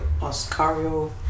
Oscario